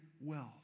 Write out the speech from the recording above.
wealth